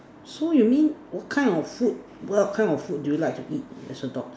so you mean what kind of food what kind of food do you like to eat as a dog